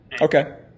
okay